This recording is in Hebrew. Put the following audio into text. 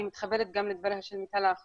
אני מתחברת גם לדבריה של מיטל, האחרונים,